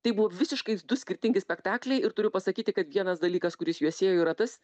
tai buvo visiškai du skirtingi spektakliai ir turiu pasakyti kad vienas dalykas kuris juos siejo yra tas